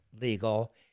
legal